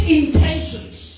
intentions